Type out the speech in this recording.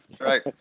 right